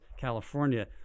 California